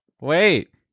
wait